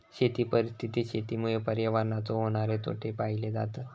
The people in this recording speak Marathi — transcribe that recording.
शेती परिस्थितीत शेतीमुळे पर्यावरणाचे होणारे तोटे पाहिले जातत